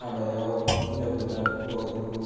हाबायाव हिनजाव गोदान हौवा गोदानखौ